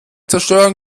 zerstören